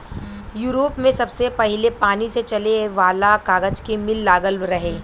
Europe में सबसे पहिले पानी से चले वाला कागज के मिल लागल रहे